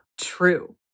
true